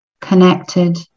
connected